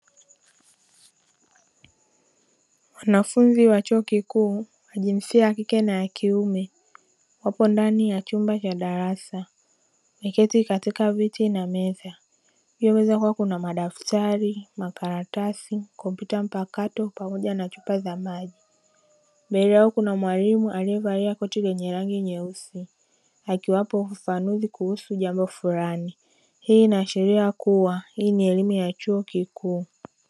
Wanafunzi wa chuo kikuu wa jinsia ya kike na ya kiume, wapo ndani ya chumba cha darasa, wameketi katika viti na meza, juu ya meza kuna madaftari, makaratasi, kompyuta mpakato pamoja na chupa za maji. Mbele yao kuna mwalimu aliyevalia koti lenye rangi nyeusi, akiwapa ufafanuzi kuhusu jambo fulani. Hii inaashiria kuwa hii ni elimu ya chuo kikuu.